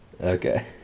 Okay